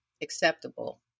acceptable